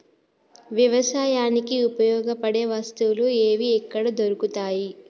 వ్యవసాయానికి ఉపయోగపడే వస్తువులు ఏవి ఎక్కడ దొరుకుతాయి?